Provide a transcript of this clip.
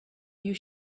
you